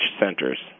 centers